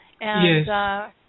Yes